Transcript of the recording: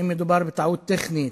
האם מדובר בטעות טכנית,